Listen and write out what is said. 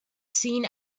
seen